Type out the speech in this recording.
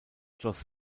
schloss